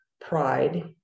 pride